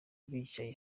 bicaye